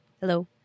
Hello